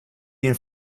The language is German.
ihnen